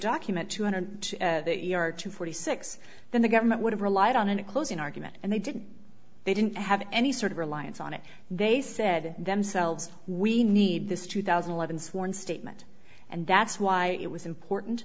document two hundred yard to forty six then the government would have relied on a closing argument and they didn't they didn't have any sort of reliance on it they said themselves we need this two thousand and eleven sworn statement and that's why it was important